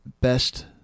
best